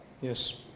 Yes